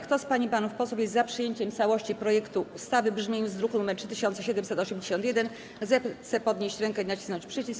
Kto z pań i panów posłów jest za przyjęciem w całości projektu ustawy w brzmieniu z druku nr 3781, zechce podnieść rękę i nacisnąć przycisk.